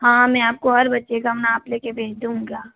हाँ हाँ मैं आप को हर बच्चे का नाप ले के भेज दूँगा